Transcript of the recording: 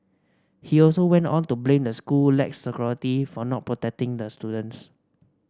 he also went on to blame the school lax security for not protecting the students